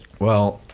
well,